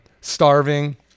starving